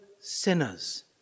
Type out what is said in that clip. sinners